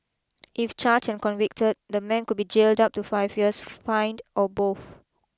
if charged and convicted the man could be jailed up to five years fined or both